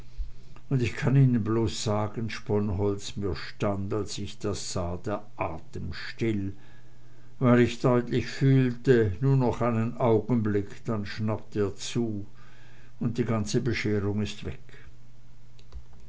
und ich kann ihnen bloß sagen sponholz mir stand als ich das sah der atem still weil ich deutlich fühlte nu noch einen augenblick dann schnappt er zu und die ganze bescherung is weg